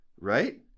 right